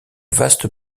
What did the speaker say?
vaste